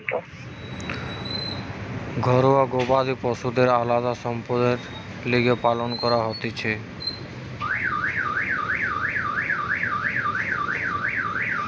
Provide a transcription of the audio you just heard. ঘরুয়া গবাদি পশুদের আলদা সম্পদের লিগে পালন করা হতিছে